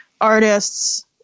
artists